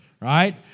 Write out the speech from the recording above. right